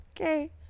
Okay